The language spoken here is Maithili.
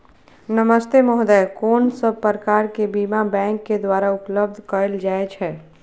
नमस्ते महोदय, कोन सब प्रकार के बीमा बैंक के द्वारा उपलब्ध कैल जाए छै?